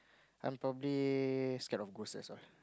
I'm probably scared of ghosts that's all